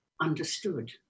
understood